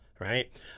right